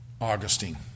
Augustine